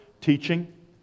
teaching